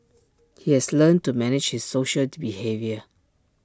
he has learnt to manage his social behaviour